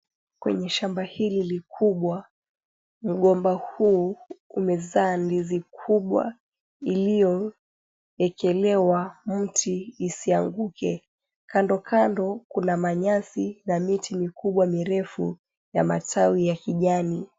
Kwenye shamba hili likubwa, mgomba huu umezaa ndizi kubwa iliyoekelewa mti isianguke. Kando kando kuna manyasi na miti mikubwa mirefu ya matawi ya kijani.